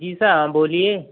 जी sir हाँ बोलिए